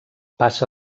passa